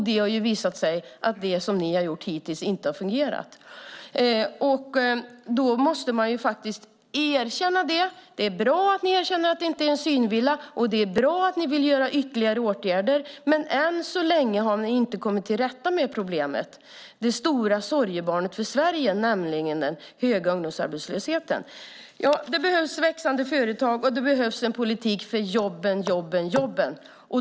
Det visar sig att det som ni har gjort hittills inte har fungerat. Man måste erkänna det. Det är bra att ni erkänner att det inte är en synvilla, och det är bra att ni vill vidta ytterligare åtgärder, men än så länge har ni inte kommit till rätta med problemet, Sveriges stora sorgebarn, den höga ungdomsarbetslösheten. Det behövs växande företag och det behövs en politik för jobben.